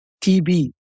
TB